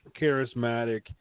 charismatic